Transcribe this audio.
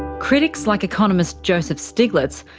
critics, like economist joseph stiglitz,